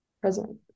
present